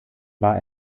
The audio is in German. war